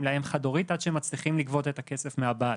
לאם חד-הורית עד שהם מצליחים לגבות את הכסף מהבעל.